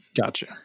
Gotcha